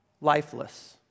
lifeless